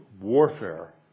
warfare